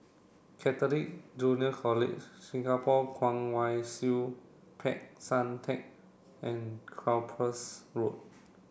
Catholic Junior College Singapore Kwong Wai Siew Peck San Theng and Cyprus Road